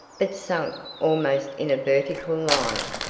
but sank almost in a vertical line,